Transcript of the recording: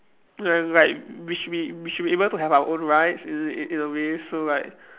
like like we should we we should be able to have our own rights in a in a way so like